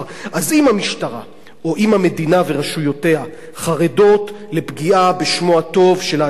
אז אם המשטרה או אם המדינה ורשויותיה חרדות לפגיעה בשמו הטוב של העצור,